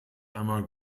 einmal